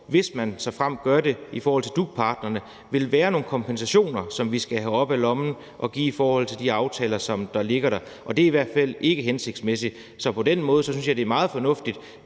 hvis og såfremt man gør det, i forhold til DUC-partnerne vil være nogle kompensationer, som vi skal have op af lommen og give i forhold til de aftaler, som der ligger. Og det er i hvert fald ikke hensigtsmæssigt. Så på den måde synes jeg det er meget fornuftigt